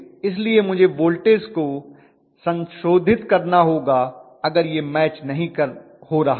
इसलिए मुझे वोल्टेज को संशोधित करना होगा अगर यह मैच नहीं हो रहा है